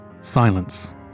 Silence